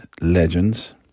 Legends